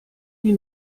die